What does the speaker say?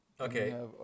Okay